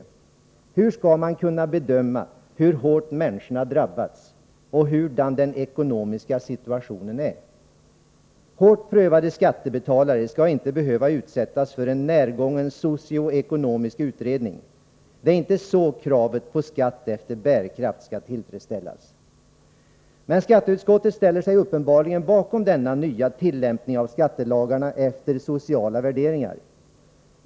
Hur Nr 93 skall man kunna bedöma ”hur hårt människorna har drabbats” och Onsdagen den ”hurudan den ekonomiska situationen är”? 7 mars 1984 Hårt prövade skattebetalare skall inte behöva utsättas för en närgången socioekonomisk utredning. Det är inte så kravet på skatt efter bärkraft skall Den skattemässiga tillfredsställas! behandlingen av Men skatteutskottet ställer sig uppenbarligen bakom denna nya tillämpförluster isamband ning av skattelagarna efter sociala värderingar.